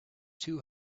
two